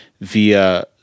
via